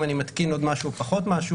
אם אני מתקין עוד משהו או פחות משהו,